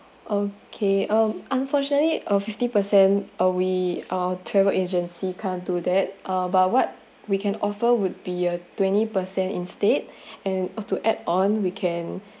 okay um unfortunately uh fifty percent ah we ah travel agency can't do that uh but what we can offer would be a twenty percent instead and um to add on we can